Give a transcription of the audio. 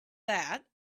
that